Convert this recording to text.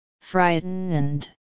Frightened